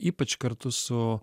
ypač kartu su